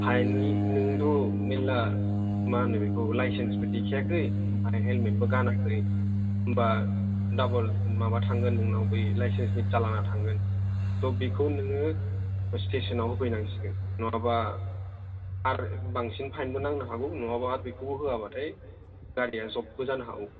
फाइननि नोंथ' मेल्ला मा होनो बेखौ लाइसेन्सबो देखायाखै आमफाय हेलमेटबो गानाखै होमबा डाबल माबा थांगोन नोंनाय बै लाइसेन्सनि चलन आ थांगोन थ बेखौ नोङो स्टेसन आव होफैनांसिगोन नङाबा आर बांसिन फाइनबो नांनो हागौ आरो बेखौनो होआबाथाय गारिया जपबो जानो हागौ